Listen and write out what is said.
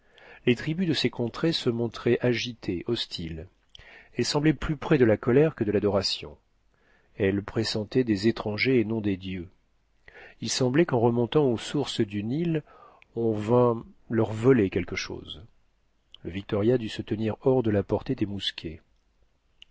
les tribus de ces contrées se montraient agitées hostiles elles semblaient plus près de la colère que de l'adoration elles pressentaient des étrangers et non des dieux il semblait qu'en remontant aux sources du nil on vint leur voler quelque chose le victoria dut se tenir hors de la portée des mousquets